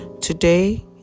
today